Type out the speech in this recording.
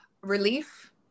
Relief